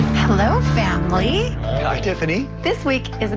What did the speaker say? hello family. hi tiffany. this week is. ah